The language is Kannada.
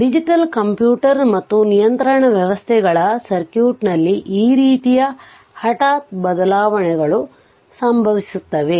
ಡಿಜಿಟಲ್ ಕಂಪ್ಯೂಟರ್ ಮತ್ತು ನಿಯಂತ್ರಣ ವ್ಯವಸ್ಥೆಗಳ ಸರ್ಕ್ಯೂಟ್ನಲ್ಲಿ ಈ ರೀತಿಯ ಹಠಾತ್ ಬದಲಾವಣೆಗಳು ಸಂಭವಿಸುತ್ತವೆ